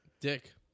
dick